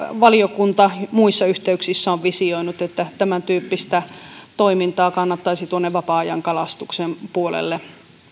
valiokunta muissa yhteyksissä on jopa visioinut että tämäntyyppistä toimintaa kannattaisi tuonne vapaa ajankalastuksen puolelle